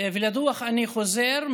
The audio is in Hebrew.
אני חוזר לדוח.